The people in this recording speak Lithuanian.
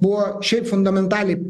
buvo šiaip fundamentaliai